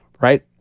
right